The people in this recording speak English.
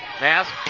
Mask